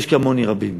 ויש כמוני רבים,